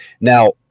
Now